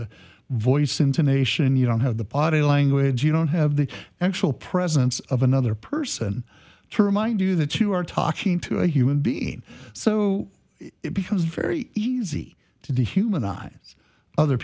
the voice intonation you don't have the body language you don't have the actual presence of another person to remind you that you are talking to a human being so it becomes very easy to dehumanize other